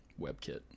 WebKit